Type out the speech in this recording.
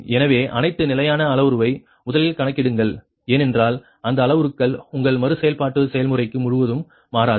எனவே அனைத்து நிலையான அளவுருவை முதலில் கணக்கிடுங்கள் ஏனென்றால் அந்த அளவுருக்கள் உங்கள் மறு செயல்பாட்டு செயல்முறை முழுவதும் மாறாது